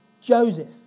Joseph